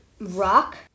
Rock